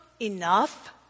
enough